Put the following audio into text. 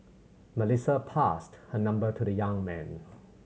Melissa passed her number to the young man